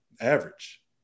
average